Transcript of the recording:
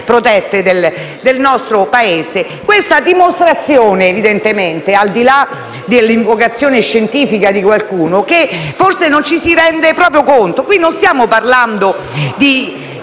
del nostro Paese. Ciò è a dimostrazione, al di là dell'invocazione scientifica di qualcuno, che forse non ci si rende proprio conto. Qui non stavamo parlando di